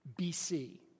BC